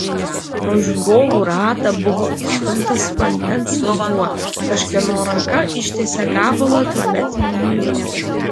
pro žiūrovų ratą buvo įstumtas vandens dubuo kažkieno ranka ištiesė gabalą tualetinio muilo